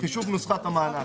חישוב נוסחת המענק.